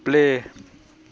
play